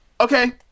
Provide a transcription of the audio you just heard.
Okay